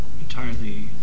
entirely